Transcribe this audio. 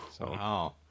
Wow